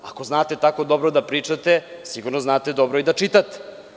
Ako znate tako dobro da pričate, sigurno znate dobro i da čitate.